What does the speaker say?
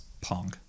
Pong